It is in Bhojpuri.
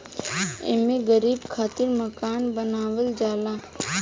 एमे गरीब खातिर मकान बनावल जाला